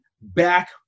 back